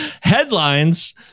headlines